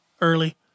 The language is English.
early